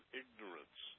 ignorance